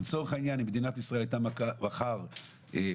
לצורך העניין אם מדינת ישראל הייתה מחר מפריטה